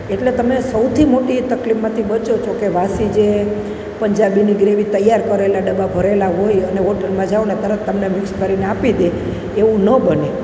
એટલે તમે સૌથી મોટી એ તકલીફમાંથી બચો છો કે વાસી જે પંજાબીની ગ્રેવી તૈયાર કરેલા ડબ્બા ભરેલા હોય અને હોટલમાં જાઓ ને તરત તમને મિક્સ કરીને આપી દે એવું ન બને